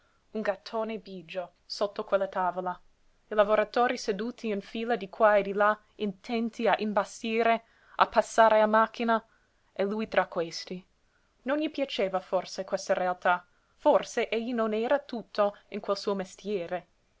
un gattone bigio sotto quella tavola i lavoratori seduti in fila di qua e di là intenti a imbastire a passare a macchina e lui tra questi non gli piaceva forse questa realtà forse egli non era tutto in quel suo mestiere